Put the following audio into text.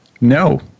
No